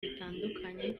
bitandukanye